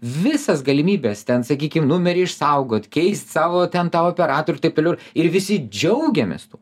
visas galimybes ten sakykim numerį išsaugot keist savo ten tą operatorių ir taip toliau ir ir visi džiaugiamės tuo